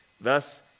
Thus